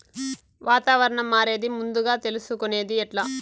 వాతావరణం మారేది ముందుగా తెలుసుకొనేది ఎట్లా?